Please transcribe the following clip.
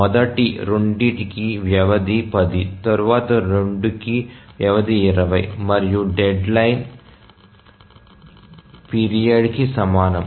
మొదటి రెండిటికి వ్యవధి 10 తరువాతి రెండుకి వ్యవధి 20 మరియు డెడ్లైన్ పీరియడ్ కి సమానం